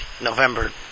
November